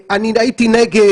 אני הייתי נגד.